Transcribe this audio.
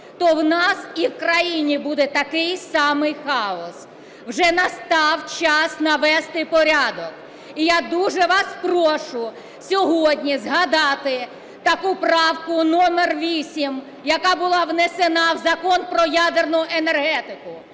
то у нас і в країні буде такий самий хаос. Вже настав час навести порядок. І я дуже вас прошу сьогодні згадати таку правку номер 8, яка була внесена в Закон про ядерну енергетику.